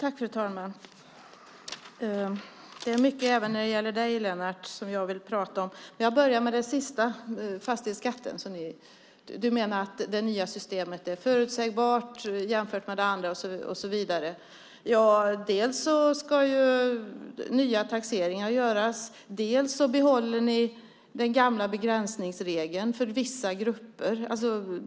Fru talman! Det är mycket som jag vill tala även med dig om, Lennart Sacrédeus. Jag börjar med fastighetsskatten. Du menar att det nya systemet är förutsägbart jämfört med det gamla och så vidare. Dels ska nya taxeringar göras, dels behåller ni den gamla begränsningsregeln för vissa grupper.